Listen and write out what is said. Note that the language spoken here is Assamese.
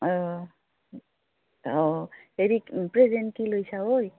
অঁ অঁ হেৰি প্ৰেজেণ্ট কি লৈছা ঐ